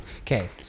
Okay